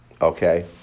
okay